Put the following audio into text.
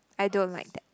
I don't like that